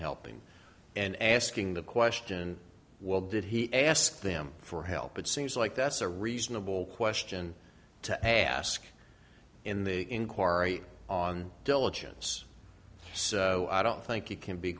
him and asking the question well did he ask them for help it seems like that's a reasonable question to ask in the inquiry on diligence so i don't think you can be